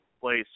place